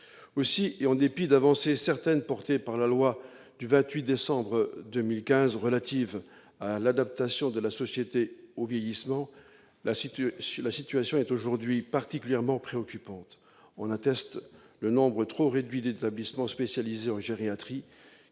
Aussi, et en dépit d'avancées certaines portées par la loi du 28 décembre 2015 relative à l'adaptation de la société au vieillissement, la situation est aujourd'hui particulièrement préoccupante. Le nombre trop réduit d'établissements spécialisés en gériatrie